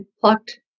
plucked